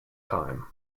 time